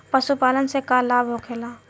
पशुपालन से का लाभ होखेला?